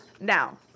Now